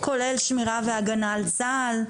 כולל שמירה והגנה על צה"ל,